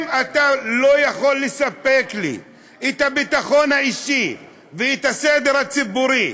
אם אתה לא יכול לספק לי את הביטחון האישי ואת הסדר הציבורי,